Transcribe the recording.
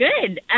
Good